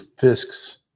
Fisk's